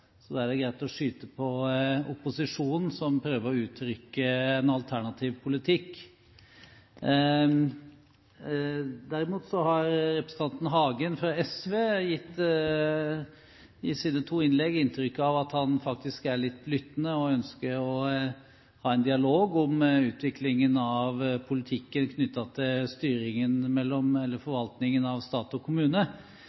Da er det greit å skyte på opposisjonen, som prøver å uttrykke en alternativ politikk. Derimot har representanten Hagen fra SV i sine to innlegg gitt inntrykk av at han faktisk er litt lyttende og ønsker å ha en dialog om utviklingen av politikken knyttet til